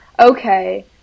Okay